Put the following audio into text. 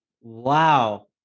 Wow